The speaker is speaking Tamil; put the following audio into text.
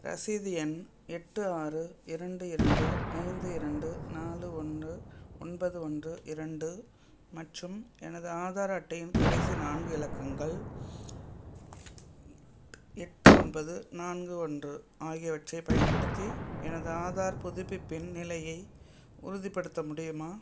ரசீது எண் எட்டு ஆறு இரண்டு இரண்டு ஐந்து இரண்டு நாலு ஒன்று ஒன்பது ஒன்று இரண்டு மற்றும் எனது ஆதார் அட்டையின் கடைசி நான்கு இலக்கங்கள் எட்டு ஒன்பது நான்கு ஒன்று ஆகியவற்றைப் பயன்படுத்தி எனது ஆதார் புதுப்பிப்பின் நிலையை உறுதிப்படுத்த முடியுமா